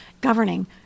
governing